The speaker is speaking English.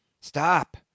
Stop